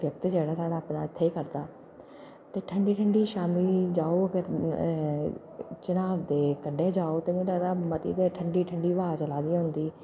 व्यतीत जेह्ड़ा इत्थें गै करदा ते ठंडी ठंडी शामीं जाओ अगर चन्हांऽ दे कंढै जाओ ते मिगी लगदा ऐ मती गै ठंडी ठंडी ब्हाऽ चला दी होंदी